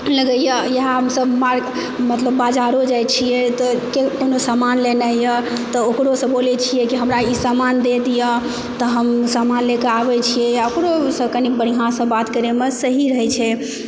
लगैया यहाँ हमसब मतलब बाजारो जाइ छियै तऽ कोनो समान लेनाइ यऽ तऽ ओकरोसँ बोलै छियै हमरा ई चीज दऽ दिअ तऽ हम सामान लऽ कऽ आबै छियै आ ओकरोसँ कनि बढ़िऑंसँ बात करयमे सही रहै छै